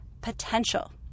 potential